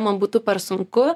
man būtų per sunku